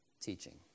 teaching